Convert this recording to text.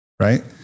right